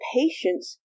patience